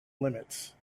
limits